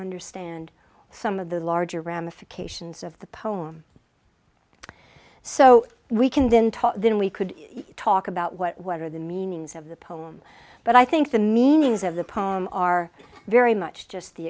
understand some of the larger ramifications of the poem so we can then talk then we could talk about what what are the meanings of the poem but i think the meanings of the poem are very much just the